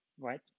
right